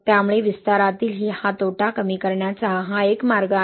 त्यामुळे विस्तारातील हा तोटा कमी करण्याचा हा एक मार्ग आहे